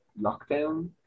lockdown